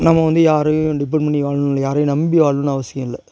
நம்ம வந்து யாரையும் டிப்பெண்ட் பண்ணி வாழணும் இல்லை யாரையும் நம்பி வாழணுன்னு அவசியம் இல்லை